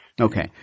Okay